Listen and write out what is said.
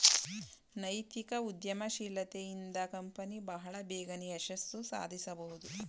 ನೈತಿಕ ಉದ್ಯಮಶೀಲತೆ ಇಂದ ಕಂಪನಿ ಬಹಳ ಬೇಗನೆ ಯಶಸ್ಸು ಸಾಧಿಸಬಹುದು